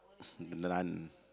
naan